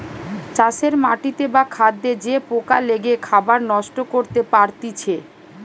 চাষের মাটিতে বা খাদ্যে যে পোকা লেগে খাবার নষ্ট করতে পারতিছে